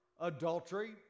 Adultery